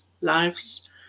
lives